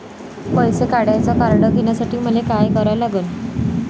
पैसा काढ्याचं कार्ड घेण्यासाठी मले काय करा लागन?